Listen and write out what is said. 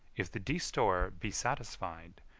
if the destour be satisfied,